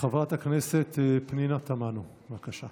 חברת הכנסת פנינה תמנו, בבקשה.